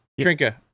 Trinka